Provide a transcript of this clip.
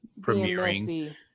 premiering